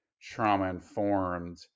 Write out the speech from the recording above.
trauma-informed